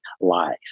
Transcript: lies